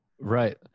Right